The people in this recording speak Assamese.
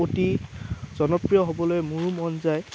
অতি জনপ্ৰিয় হ'বলৈ মোৰো মন যায়